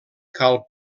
cal